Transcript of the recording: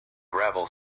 gravel